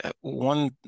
one